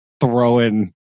throwing